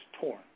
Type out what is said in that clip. torn